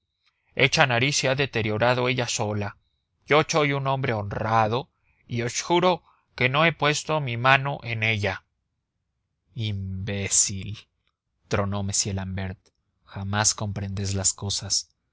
esa nariz se ha deteriorado ella sola yo soy un hombre honrado y os juro que no he puesto mi mano en ella imbécil tronó m l'ambert jamás comprendes las cosas